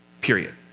Period